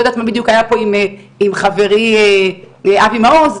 אני לא יודעת מה בדיוק היה עם חברי אבי מעוז,